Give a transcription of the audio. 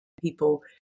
people